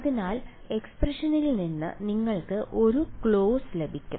അതിനാൽ എക്സ്പ്രഷനിൽ നിന്ന് നിങ്ങൾക്ക് ഒരു ക്ലോസ് ലഭിക്കും